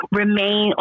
remain